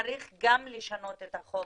צריך גם לשנות את החוק